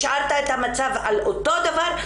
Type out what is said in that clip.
השארת את המצב אותו דבר,